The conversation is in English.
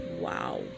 wow